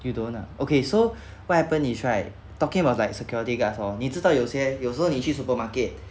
you don't ah okay so what happened is right talking about like security guards oh 你知道有些有时候你去 supermarket